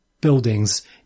buildings